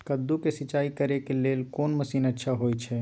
कद्दू के सिंचाई करे के लेल कोन मसीन अच्छा होय है?